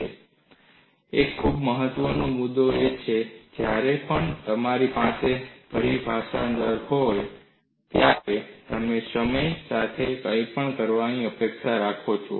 અને એક ખૂબ જ મહત્વનો મુદ્દો એ છે કે જ્યારે પણ તમારી પાસે પરિભાષા દર હોય ત્યારે તમે સમય સાથે કંઈક કરવાની અપેક્ષા રાખો છો